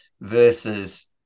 versus